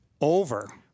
Over